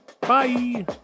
Bye